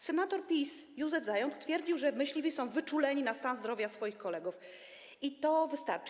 Senator PiS Józef Zając twierdził, że myśliwi są wyczuleni na stan zdrowia swoich kolegów i to wystarczy.